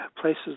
places